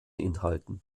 inhalten